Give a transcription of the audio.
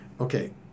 Okay